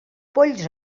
polls